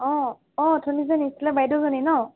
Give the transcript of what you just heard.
অঁ অঁ অথনি যে নিছিলে বাইদেউজনী ন'